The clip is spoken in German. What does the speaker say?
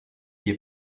wir